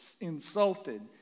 insulted